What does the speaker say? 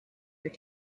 your